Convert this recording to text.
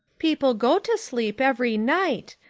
people go to sleep every night,